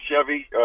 Chevy